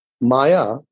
Maya